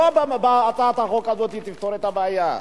לא בהצעת החוק הזאת תפתור את הבעיה,